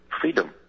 freedom